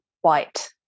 White